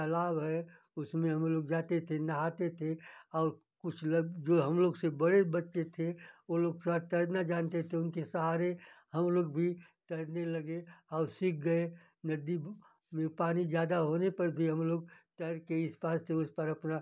तालाब है उसमें हम लोग जाते थे नहाते थे और कुछ लोग जो है हम लोग से बड़े बच्चे थे वे लोग सब तैरना जानते थे उनके सहारे हम लोग भी तैरने लगे और सीख गए नदी में पानी ज़्यादा होने पर भी हम लोग तैर कर इस पार से उस पार अपना